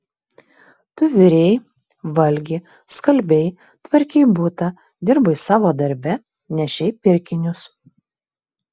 tu virei valgi skalbei tvarkei butą dirbai savo darbe nešei pirkinius